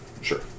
sure